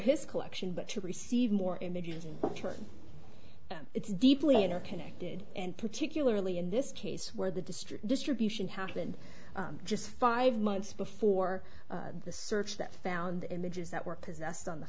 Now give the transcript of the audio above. his collection but to receive more images in turn it's deeply interconnected and particularly in this case where the district distribution happened just five months before the search that found images that were possessed on the